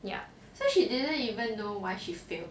ya so she didn't even know why she failed